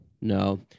No